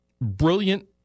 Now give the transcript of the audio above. brilliant